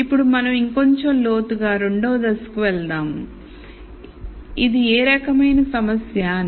ఇప్పుడు మనం ఇంకొంచెం లోతుగా 2 వ దశకు వెళ్తాము ఇది ఏ రకమైన సమస్య అని